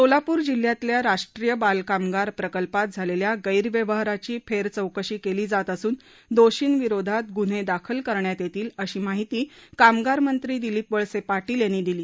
सोलापूर जिल्ह्यातल्या राष्ट्रीय बालकामगार प्रकल्पात झालेल्या गैरव्यवहाराची फेरचौकशी केली जात असून दोषींविरोधात गुन्हे दाखल करण्यात येतील अशी माहिती कामगार मंत्री दिलिप वळसे पाटील यांनी दिली